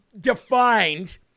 defined